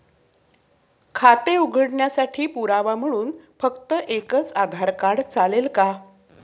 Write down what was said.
खाते उघडण्यासाठी पुरावा म्हणून फक्त एकच आधार कार्ड चालेल का?